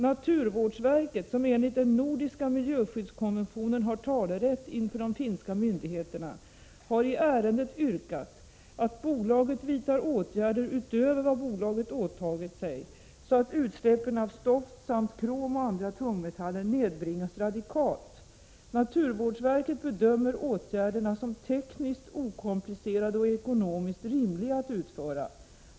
Naturvårdsverket, som enligt den nordiska miljöskyddskonventionen har talerätt inför de finska myndigheterna, har i ärendet yrkat att bolaget vidtar åtgärder utöver vad bolaget åtagit sig så att utsläppen av stoft samt krom och andra tungmetaller nedbringas radikalt. Naturvårdsverket bedömer åtgärderna som tekniskt okomplicerade och ekonomiskt rimliga att utföra.